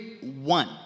one